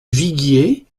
viguier